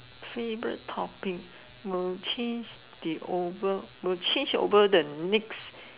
favorite topic will change the over will change over the next